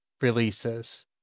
releases